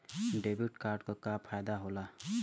Debit card क का फायदा हो ला?